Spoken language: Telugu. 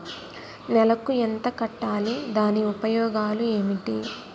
నెలకు ఎంత కట్టాలి? దాని ఉపయోగాలు ఏమిటి?